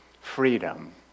freedom